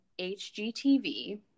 HGTV